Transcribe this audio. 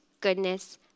goodness